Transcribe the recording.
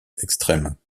extrême